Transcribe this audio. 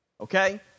Okay